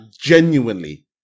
genuinely